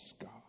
God